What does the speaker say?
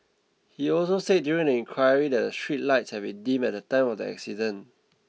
he also said during the inquiry that the street lights had been dim at the time of the accident